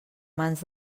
mans